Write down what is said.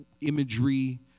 imagery